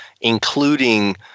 including